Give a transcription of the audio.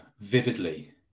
vividly